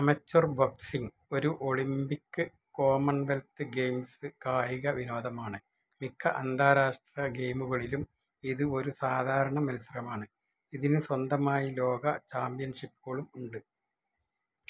amateur boxing ഒരു Olympic Commonwealth Games കായിക വിനോദമാണ് മിക്ക അന്താരാഷ്ട്ര ഗെയിമുകളിലും ഇത് ഒരു സാധാരണ മത്സരമാണ് ഇതിന് സ്വന്തമായി ലോക ചാമ്പ്യൻഷിപ്പുകളും ഉണ്ട്